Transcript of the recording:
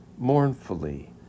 Mournfully